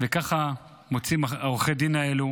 וכך מוצאים עורכי הדין האלה